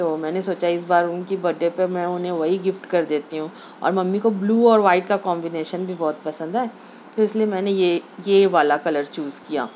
تو میں نے سوچا اس بار ان کی برتھ ڈے پہ میں انہیں وہی گفٹ کر دیتی ہوں اور ممی کو بلیو اور وائٹ کا کومبینیشن بھی بہت پسند ہے تو اس لیے میں نے یہ یہ والا کلر چوز کیا